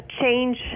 change